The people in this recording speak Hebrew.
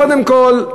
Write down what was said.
קודם כול,